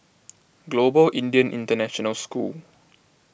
Global Indian International School